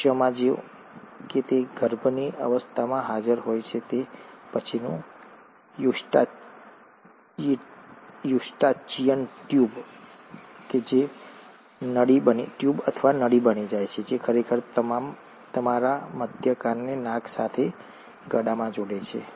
મનુષ્યોમાં જો કે તે ગર્ભની અવસ્થામાં હાજર હોય છે તે પછીથી યુસ્ટાચિયન ટ્યુબ ટ્યુબ અથવા નળી બની જાય છે જે ખરેખર તમારા મધ્ય કાનને નાક સાથે ગળામાં જોડે છે